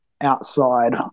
outside